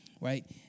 Right